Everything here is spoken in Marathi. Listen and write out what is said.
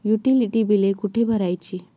युटिलिटी बिले कुठे भरायची?